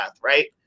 right